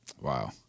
Wow